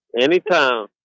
Anytime